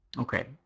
Okay